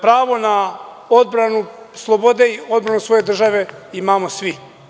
Pravo na odbranu slobode i odbranu svoje države imamo svi.